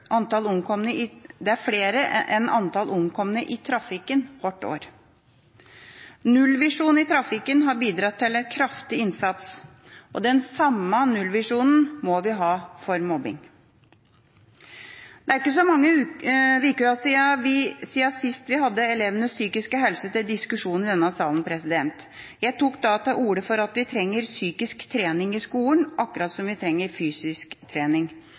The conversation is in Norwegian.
enn antall omkomne i trafikken hvert år. Nullvisjonen i trafikken har bidratt til en kraftig innsats. Den samme nullvisjonen må vi ha for mobbing. Det er ikke så mange ukene siden vi sist hadde elevenes psykiske helse til diskusjon i denne salen. Jeg tok da til orde for at vi trenger psykisk trening i skolen, akkurat som vi trenger fysisk trening.